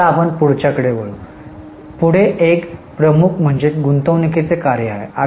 आता आपण पुढच्या कडे जाऊ पुढे एक प्रमुख म्हणजे गुंतवणूकीचे कार्य आहे